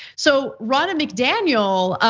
so ronna mcdaniel,